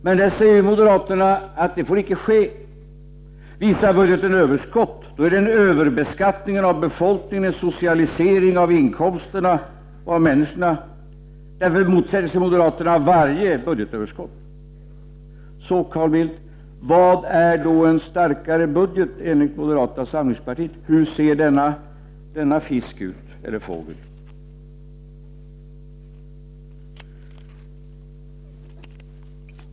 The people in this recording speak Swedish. Men då säger moderaterna att detta icke får ske. Visar budgeten överskott är det en överbeskattning av folket, en socialisering av inkomsterna och människorna. Därför motsätter sig moderaterna varje budgetöverskott. Så, Carl Bildt, vad är en starkare budget enligt moderaterna? Hur ser denna fisk eller fågel ut?